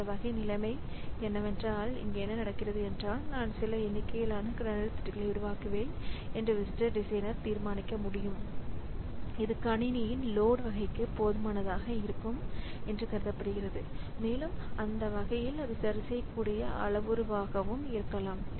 அந்த வகை நிலைமை என்னவென்றால் இங்கே என்ன நடக்கிறது என்றால் நான் சில எண்ணிக்கையிலான கர்னல் த்ரெட்களை உருவாக்குவேன் என்று வெஸ்டன் டிசைனர் தீர்மானிக்க முடியும் இது கணினியின் லோடு வகைக்கு போதுமானதாக இருக்கும் என்று கருதப்படுகிறது மேலும் அது அந்த வகையில் சரிசெய்யக்கூடிய அளவுருவாகவும் இருக்கலாம்